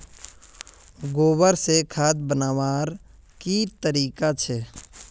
गोबर से खाद बनवार की तरीका छे?